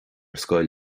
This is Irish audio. scoil